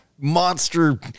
monster